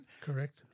Correct